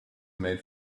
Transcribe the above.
made